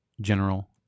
General